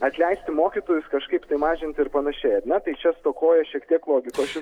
atleisti mokytojus kažkaip tai mažinti ir panašiai ar ne tai čia stokoja šiek tiek logikos